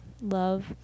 love